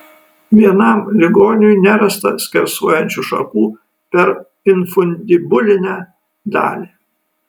vienam ligoniui nerasta skersuojančių šakų per infundibulinę dalį